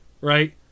Right